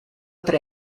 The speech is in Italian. tre